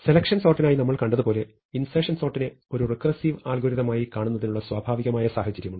selection സോർട്ടിനായി നമ്മൾ കണ്ടതുപോലെ ഇൻസെർഷൻ സോർട്ടിനെ ഒരു റെക്കേർസിവ് അൽഗോരിതമായി കരുതുന്നതിനുള്ള സ്വാഭാവിക സാഹചര്യമുണ്ട്